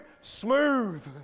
smooth